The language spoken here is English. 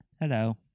Hello